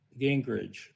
Gingrich